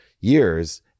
years